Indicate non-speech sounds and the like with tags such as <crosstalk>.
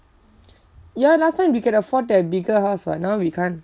<noise> ya last time we can afford that bigger house [what] now we can't